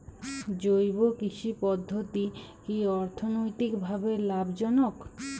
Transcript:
জৈব কৃষি পদ্ধতি কি অর্থনৈতিকভাবে লাভজনক?